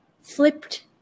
flipped